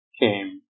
came